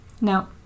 No